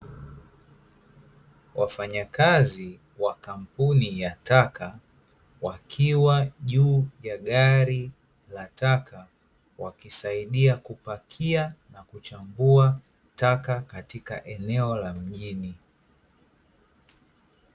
Wafanyakazi wa kampuni ya taka, wakiwa juu ya gari la taka wakisaidia kupakia na kuchambua taka katika eneo la mjini.